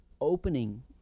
opening